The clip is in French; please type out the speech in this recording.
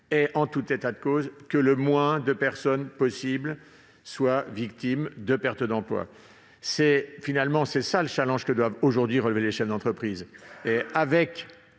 et, en tout état de cause, que le moins de personnes possible soient victimes d'une perte d'emploi. Tel est le défi que doivent aujourd'hui relever les chefs d'entreprise.